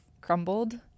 crumbled